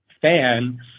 fan